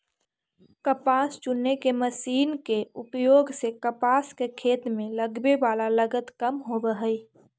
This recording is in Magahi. कपास चुने के मशीन के उपयोग से कपास के खेत में लगवे वाला लगत कम होवऽ हई